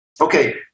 Okay